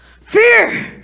fear